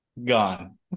gone